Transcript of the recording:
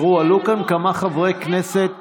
את ראש הממשלה